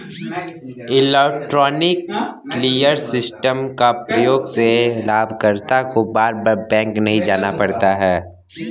electronic clearance system के प्रयोग से लाभकर्ता को बार बार बैंक नहीं जाना पड़ता है